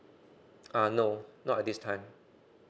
err no not at this time